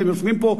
אתם יושבים פה,